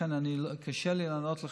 ולכן קשה לי לענות לך.